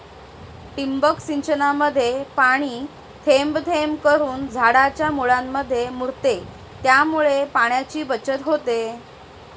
ठिबक सिंचनामध्ये पाणी थेंब थेंब करून झाडाच्या मुळांमध्ये मुरते, त्यामुळे पाण्याची बचत होते